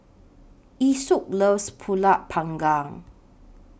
Esau loves Pulut Panggang